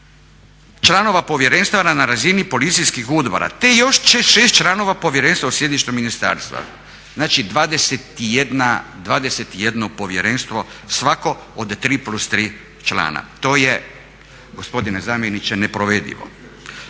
članova povjerenstva na razini policijskih uprava te još 6 članova povjerenstva u sjedištu ministarstva. Znači, 21 povjerenstvo svako od 3 + 3 člana. To je gospodine zamjeniče neprovedivo.